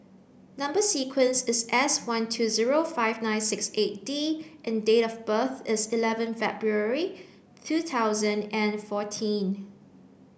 number sequence is S one two zero five nine six eight D and date of birth is eleven February two thousand and fourteen